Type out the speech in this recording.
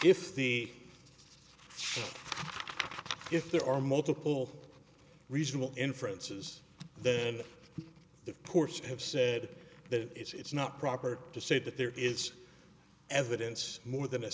if the if there are multiple reasonable inferences then the courts have said that it's not proper to say that there is evidence more than